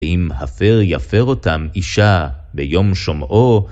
ואם הפר יפר אותם אישה ביום שומעו,